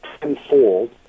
tenfold